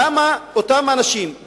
למה אותם אנשים,